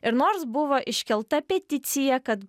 ir nors buvo iškelta peticija kad